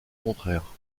contraires